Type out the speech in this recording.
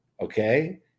Okay